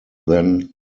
then